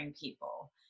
people